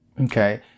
Okay